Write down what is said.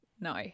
No